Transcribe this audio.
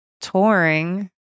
touring